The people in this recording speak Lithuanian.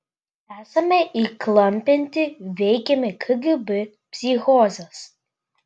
esame įklampinti veikiami kgb psichozės